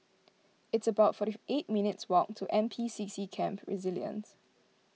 it's about forty eight minutes' walk to N P C C Camp Resilience